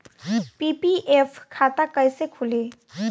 PPF खाता कैसे खुली?